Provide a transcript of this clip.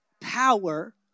Power